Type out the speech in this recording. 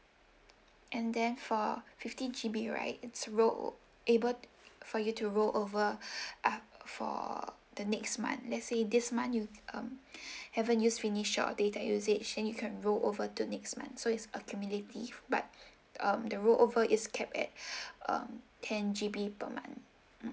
and then for fifty G_B right it's roll able for you to rollover ah for the next month let's say this month you um haven't use finish your data usage then you can rollover to next month so it's accumulative but um the rollover is kept at um ten G_B per month